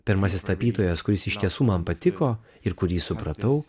pirmasis tapytojas kuris iš tiesų man patiko ir kurį supratau